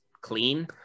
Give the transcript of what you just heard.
clean